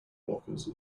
blockers